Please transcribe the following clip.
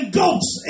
goats